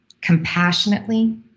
compassionately